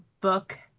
book